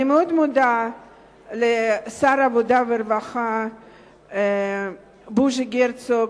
אני מאוד מודה לשר העבודה והרווחה בוז'י הרצוג,